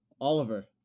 Oliver